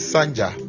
Sanja